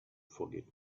forget